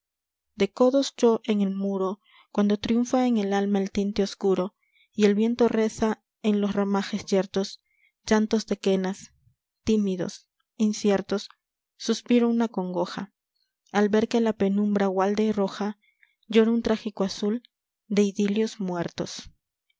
de codos yo en el muro cuando triunfa en el alma el tinte oscuro y el viento reza en los ramajes yertos llantos de quenas tímidos inciertos suspiro una congoja al ver que en la penumbra gualda y roja llora un trágico azul de idilios muertos